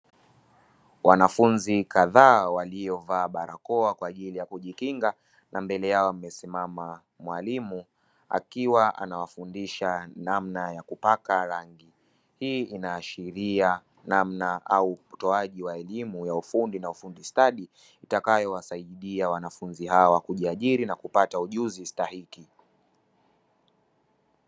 Wanafunzi kadhaa waliovaa barakoa kwa ajili ya kujikinga na mbele yao amesimama mwalimu akiwa anawafundisha namna ya kupaka rangi; hii inaashiria namna au utoaji wa elimu ya ufundi na ufundi stadi, itakayowasaidia wanafunzi hawa kujiajiri na kupata ujuzi stahiki.